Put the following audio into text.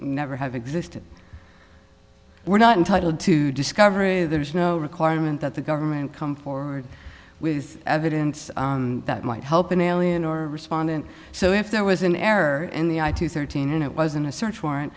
never have existed we're not entitled to discovery there is no requirement that the government come forward with evidence that might help an alien or respondent so if there was an error in the eye to thirteen and it wasn't a search warrant